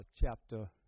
chapter